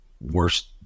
worst